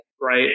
right